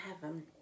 heaven